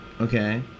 Okay